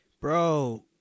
Bro